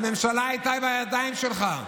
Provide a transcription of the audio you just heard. הממשלה הייתה בידיים שלך,